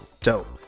Dope